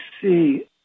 see